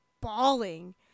bawling